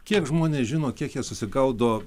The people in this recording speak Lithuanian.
kiek žmonės žino kiek jie susigaudo